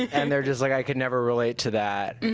and they're just like, i could never relate to that.